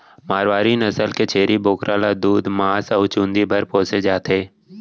मारवारी नसल के छेरी बोकरा ल दूद, मांस अउ चूंदी बर पोसे जाथे